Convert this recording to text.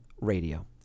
Radio